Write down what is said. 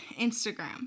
Instagram